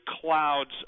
clouds